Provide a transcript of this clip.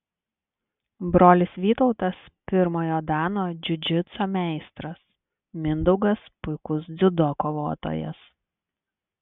brolis vytautas pirmojo dano džiudžitso meistras mindaugas puikus dziudo kovotojas